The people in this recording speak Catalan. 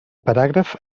paràgraf